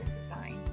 design